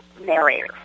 narrator